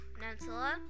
Peninsula